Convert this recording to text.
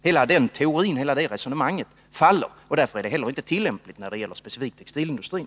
Hela det resonemanget faller, och det är därför inte heller tillämpligt när diskussionen specifikt gäller textilindustrin.